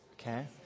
Okay